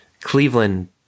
Cleveland